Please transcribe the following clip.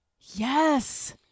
Yes